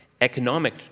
economic